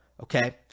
okay